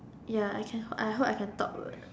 ya I can I hope I can talk well